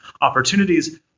opportunities